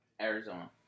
Arizona